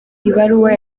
ibaruwa